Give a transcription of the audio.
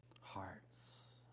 hearts